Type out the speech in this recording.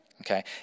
okay